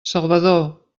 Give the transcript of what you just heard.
salvador